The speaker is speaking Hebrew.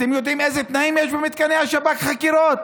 אתם יודעים איזה תנאים יש במתקני השב"כ בחקירות?